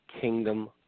kingdom